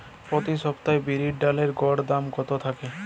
প্রতি সপ্তাহে বিরির ডালের গড় দাম কত থাকে?